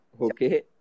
Okay